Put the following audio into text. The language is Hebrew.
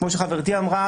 כמו שחברתי אמרה,